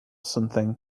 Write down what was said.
something